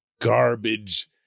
garbage